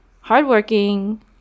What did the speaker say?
hardworking